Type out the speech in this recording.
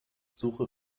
suche